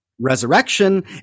resurrection